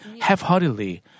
half-heartedly